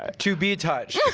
ah to be touched.